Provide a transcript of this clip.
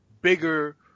bigger